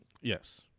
Yes